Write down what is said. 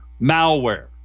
malware